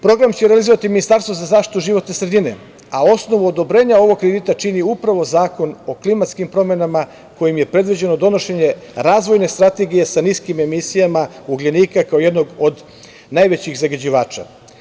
Program će realizovati Ministarstvo za zaštitu životne sredine, a osnovu odobrenja ovog kredita čini upravo zakon o klimatskim promenama, kojim je predviđeno donošenje razvojne strategije sa niskim emisijama ugljenika kao jednog od najvećih zagađivača.